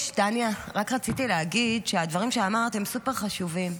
רק רציתי להגיד שהדברים שאמרת הם סופר-חשובים,